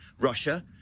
Russia